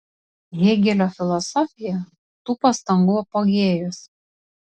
hėgelio filosofija tų pastangų apogėjus